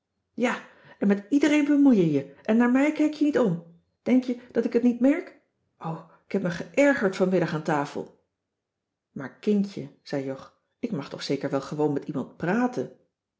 ja en met iedereen bemoei je je en naar mij kijk je niet om denk je dat ik het niet merk o k heb me geërgerd vanmiddag aan tafel maar kindje zei jog ik mag toch zeker wel gewoon met iemand praten